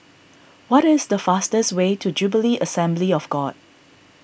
what is the fastest way to Jubilee Assembly of God